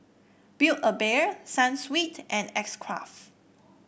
Build A Bear Sunsweet and X Craft